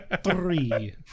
three